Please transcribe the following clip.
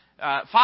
five